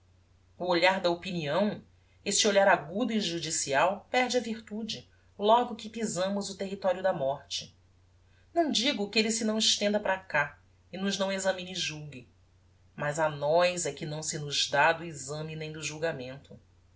o olhar da opinião esse olhar agudo e judicial perde a virtude logo que pisamos o territorio da morte não digo que elle se não estenda para cá e nos não examine e julgue mas a nós é que não se nos dá do exame nem do julgamento